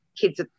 kids